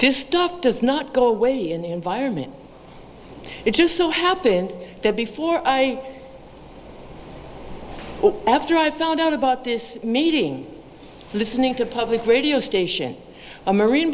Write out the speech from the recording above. stock does not go away in the environment it just so happened that before i after i found out about this meeting listening to a public radio station a marine